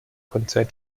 konzern